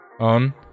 on